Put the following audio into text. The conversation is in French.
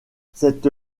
cette